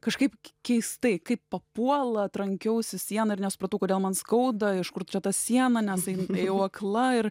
kažkaip keistai kaip papuola trankiausi į sieną ir nesupratau kodėl man skauda iš kur čia ta siena nes tai ėjau akla ir